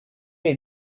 jej